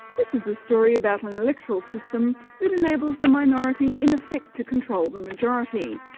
this is a story about an electoral system that enables the minority in effect to control the majority.